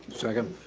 second.